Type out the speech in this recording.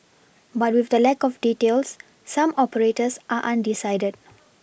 but with the lack of details some operators are undecided